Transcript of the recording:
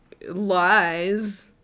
lies